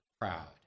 proud